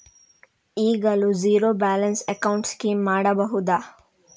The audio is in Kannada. ಈಗಲೂ ಝೀರೋ ಬ್ಯಾಲೆನ್ಸ್ ಅಕೌಂಟ್ ಸ್ಕೀಮ್ ಮಾಡಬಹುದಾ?